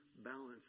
Balance